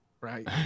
right